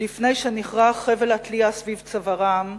שנכרך חבל התלייה סביב צווארם,